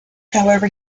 however